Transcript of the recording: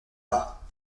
pas